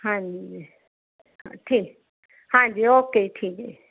ਹਾਂਜੀ ਠੀਕ ਹਾਂਜੀ ਓਕੇ ਜੀ ਠੀਕ ਹੈ ਜੀ